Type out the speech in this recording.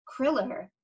Kriller